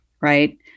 right